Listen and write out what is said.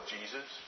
Jesus